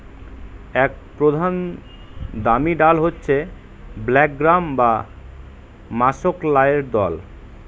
এক প্রধান দামি ডাল হচ্ছে ব্ল্যাক গ্রাম বা মাষকলাইর দল